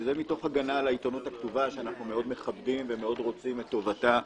וזה מתוך הגנה על העיתונות הכתובה שאנחנו מאוד מכבדים ורוצים את טובתה.